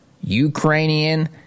Ukrainian